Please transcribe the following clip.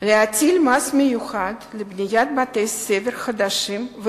להטיל מס מיוחד לבניית בתי-ספר חדשים,